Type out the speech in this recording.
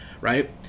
right